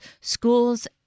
schools